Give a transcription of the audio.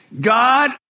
God